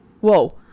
Whoa